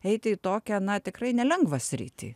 eiti į tokią na tikrai nelengvą sritį